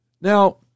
Now